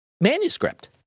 manuscript